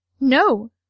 No